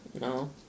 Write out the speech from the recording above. No